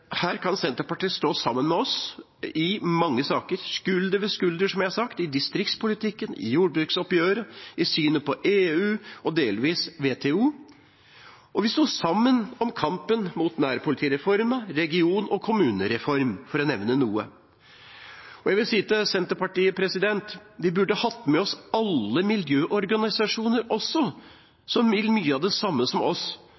Her kan Senterpartiet stå sammen med oss i mange saker, skulder ved skulder, som jeg har sagt – i distriktspolitikken, i jordbruksoppgjøret, i synet på EU og delvis WTO. Og vi sto sammen i kampen mot nærpolitireformen og region- og kommunereformen, for å nevne noe. Jeg vil si til Senterpartiet: Vi burde hatt med oss alle miljøorganisasjonene også, som vil mye av det samme som oss